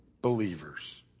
believers